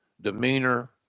demeanor